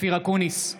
אופיר אקוניס,